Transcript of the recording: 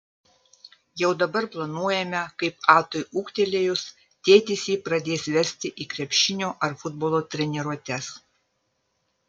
jau dabar planuojame kaip atui ūgtelėjus tėtis jį pradės vesti į krepšinio ar futbolo treniruotes